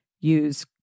Use